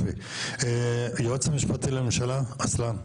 היועץ המשפטי לממשלה, רוסלאן.